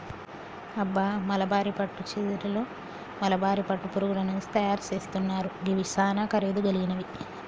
అబ్బ మల్బరీ పట్టు సీరలు మల్బరీ పట్టు పురుగుల నుంచి తయరు సేస్తున్నారు గివి సానా ఖరీదు గలిగినవి